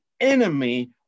enemy